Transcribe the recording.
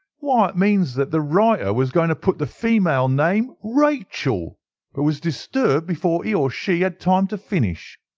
why, it means that the writer was going to put the female name rachel, but was disturbed before he or she had time to finish.